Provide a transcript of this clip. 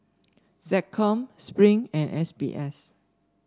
SecCom Spring and S B S